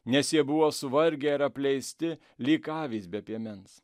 nes jie buvo suvargę ir apleisti lyg avys be piemens